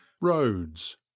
Roads